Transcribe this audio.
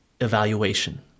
evaluation